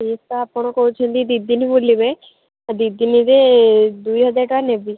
ସେଇ ତ ଆପଣ କହୁଛନ୍ତି ଦୁଇ ଦିନ ବୁଲିବେ ଦୁଇ ଦିନରେ ଦୁଇ ହଜାର ଟଙ୍କା ନେବି